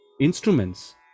instruments